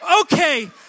Okay